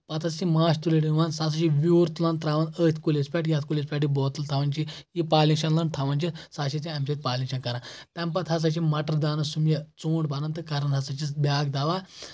پتہٕ ہسا چھِ ماچھ تُلٕر یِوان سُہ ہسا چھِ ویوٗر تُلان تراوان أتھۍ کُلِس پؠٹھ یتھ کُلِس پؠٹھ یہِ بوتل تھاوان چھِ یہِ پالنشن لنڑ تھاوان چھِ سۄ ہسا چھِ اَمہِ ستۍ پالنشن کران تَمہِ پتہٕ ہسا چھِ مٹر دانس سُم یہِ ژوٗنٛٹھ بنان تہٕ کران ہسا چھِس بیاکھ دوا